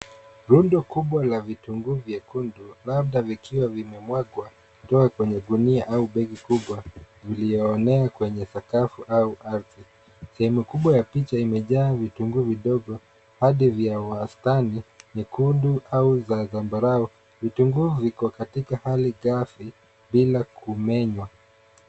Rundo kubwa la vitunguu vyekundu labda vikiwa vimemwagwa kutoka kwenye gunia au begi kubwa vilioenea kwenye sakafu au ardhi. Sehemu kubwa ya picha imejaa vitunguu vidogo hadi vya wastani vyekundu au za zambarau. Vitunguu viko katika hali gafi bila kumenywa.